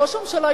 ראש הממשלה,